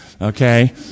okay